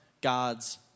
God's